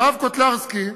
הרב קוטלרסקי,